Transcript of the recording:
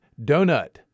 Donut